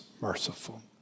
merciful